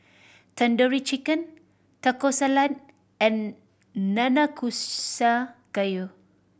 Tandoori Chicken Taco Salad and Nanakusa Gayu